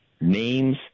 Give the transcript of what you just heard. names